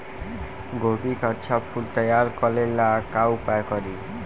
गोभी के अच्छा फूल तैयार करे ला का उपाय करी?